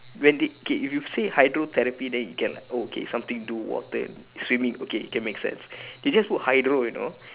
well they okay if you say hydrotherapy then you get like oh okay something to do with water swimming okay can makes sense they just put hydro you know